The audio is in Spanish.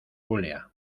julia